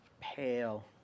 pale